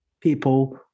people